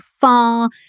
far